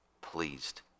pleased